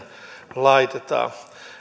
laitetaan